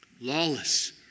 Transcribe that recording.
lawless